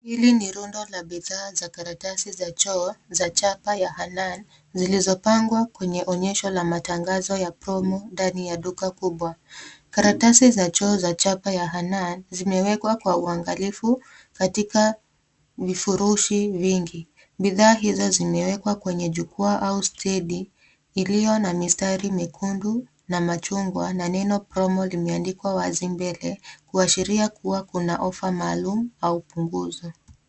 Hili ni rundo la bidhaa za karatasi za choo, za chapa ya Hanan, zilizopangwa kwenye onyesho la matangazo ya promo ndani ya duka kubwa. Karatasi za choo za chapa ya Hanan, zimewekwa kwa uangalifu katika vifurushi vingi. Bidhaa hizo zimewekwa kwenye jukwaa au stendi iliyo na mistari miekundu na machungwa na neno promo limeandikwa wazi mbele, kuashiria kuwa kuna ofa maalum au punguzo.